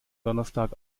donnerstag